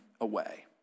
away